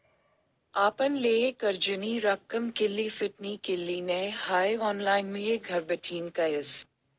आपण लेयेल कर्जनी रक्कम कित्ली फिटनी कित्ली नै हाई ऑनलाईनमुये घरबठीन कयस